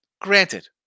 Granted